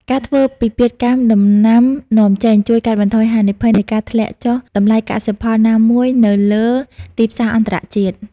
ការធ្វើពិពិធកម្មដំណាំនាំចេញ ជួយកាត់បន្ថយហានិភ័យនៃការធ្លាក់ចុះតម្លៃកសិផលណាមួយនៅលើទីផ្សារអន្តរជាតិ។